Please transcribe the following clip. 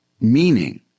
meaning